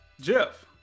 Jeff